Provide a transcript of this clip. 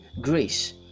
grace